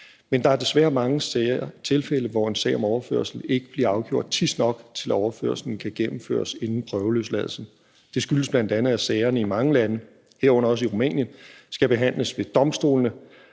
men der er desværre mange tilfælde, hvor en sag om overførsel ikke bliver afgjort tidsnok til, at overførslen kan gennemføres inden prøveløsladelsen. Det skyldes bl.a., at sagerne i mange lande, herunder også i Rumænien, skal behandles ved domstolene,